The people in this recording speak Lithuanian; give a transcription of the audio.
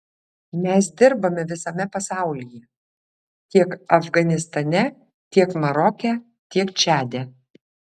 mes dirbame visame pasaulyje tiek afganistane tiek maroke tiek čade